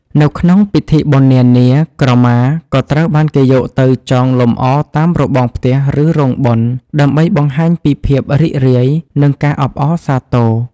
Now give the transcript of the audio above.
នៅក្នុងពិធីបុណ្យនានា ក្រមាក៏ត្រូវបានគេយកទៅ ចងលម្អតាមរបងផ្ទះ ឬរោងបុណ្យ ដើម្បីបង្ហាញពីភាពរីករាយ និងការអបអរសាទរ។